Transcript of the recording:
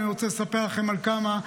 אני רוצה לספר לכם על כמה,